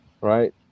Right